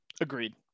Agreed